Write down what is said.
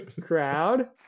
Crowd